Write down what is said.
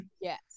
yes